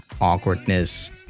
awkwardness